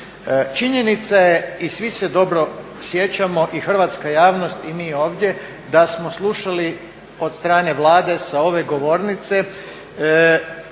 Činjenica je i svi se dobro sjećamo i hrvatska javnost i mi ovdje da smo slušali od strane Vlade sa ove govornice